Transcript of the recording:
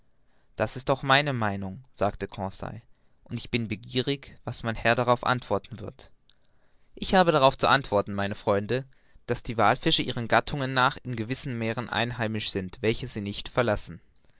das ist auch meine meinung sagte conseil und ich bin begierig was mein herr darauf antworten wird ich habe darauf zu antworten meine freunde daß die wallfische ihren gattungen nach in gewissen meeren einheimisch sind welche sie nicht verlassen